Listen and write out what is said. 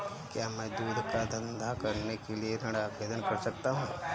क्या मैं दूध का धंधा करने के लिए ऋण आवेदन कर सकता हूँ?